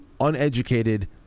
uneducated